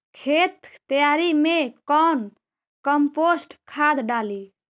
खेत तैयारी मे कौन कम्पोस्ट खाद डाली?